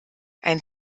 ein